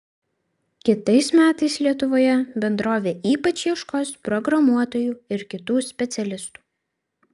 kitais metais lietuvoje bendrovė ypač ieškos programuotojų ir kitų specialistų